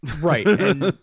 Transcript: Right